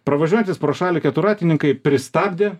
pravažiuojantys pro šalį keturratininkai pristabdė